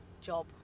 job